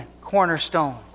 cornerstone